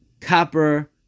copper